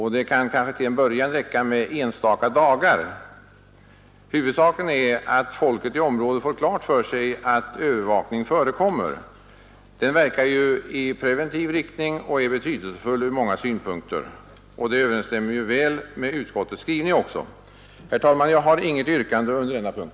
Det kan kanske till en början räcka med enstaka dagar. Huvudsaken är att folket i området får klart för sig att övervakning förekommer. En sådan verkar ju i preventiv riktning och är betydelsefull ur många synpunkter. Den skulle också överensstämma väl med utskottets skrivning. Herr talman! Jag har inget yrkande under denna punkt.